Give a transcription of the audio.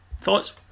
Thoughts